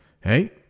Hey